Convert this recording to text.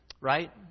right